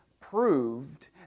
proved